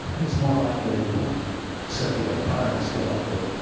it's more likely a circular firing squad. but